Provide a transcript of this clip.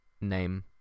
name